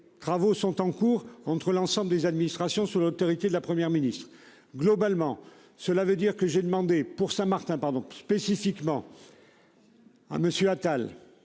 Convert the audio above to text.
travaux sont en cours entre l'ensemble des administrations sur l'autorité de la Première ministre. Globalement, cela veut dire que j'ai demandé pour Saint-Martin pardon spécifiquement. À